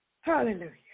Hallelujah